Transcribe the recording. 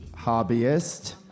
Hobbyist